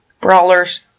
Brawlers